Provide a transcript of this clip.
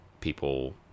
people